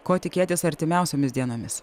ko tikėtis artimiausiomis dienomis